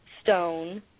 stone